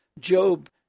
Job